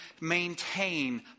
maintain